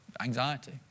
anxiety